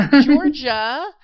georgia